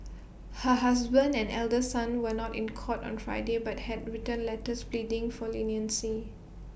her husband and elder son were not in court on Friday but had written letters pleading for leniency